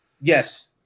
yes